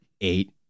eight